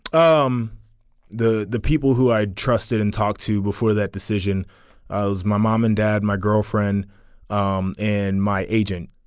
um the the people who i trusted and talked to before that decision ah was my mom and dad my girlfriend um and my agent.